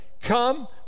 come